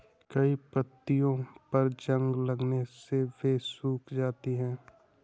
कई पत्तियों पर जंग लगने से वे सूख जाती हैं